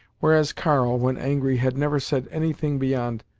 whereas karl, when angry, had never said anything beyond,